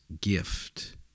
gift